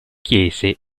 chiese